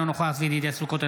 אינו נוכח צבי ידידיה סוכות,